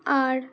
আর